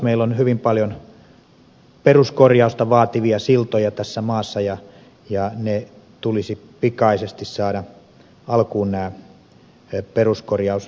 meillä on hyvin paljon peruskorjausta vaativia siltoja tässä maassa ja nämä peruskorjaushankkeet tulisi pikaisesti saada alkuun